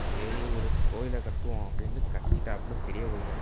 சரி ஒரு கோவில கட்டுவோம் அப்படின்னு கட்டிட்டாப்பில பெரிய கோவில